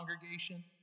congregation